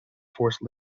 force